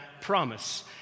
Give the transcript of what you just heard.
promise